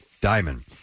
Diamond